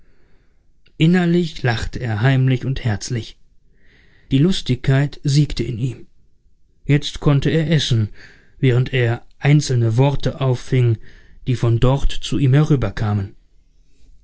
innerlich lachte er heimlich und herzlich die lustigkeit siegte in ihm jetzt konnte er essen während er einzelne worte auffing die von dort zu ihm herüberflogen